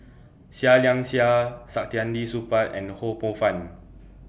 Seah Liang Seah Saktiandi Supaat and Ho Poh Fun